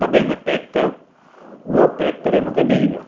दॿे में पैक कयो उहो पैक करे मूंखे ॾेई वियो